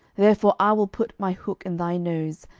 therefore i will put my hook in thy nose,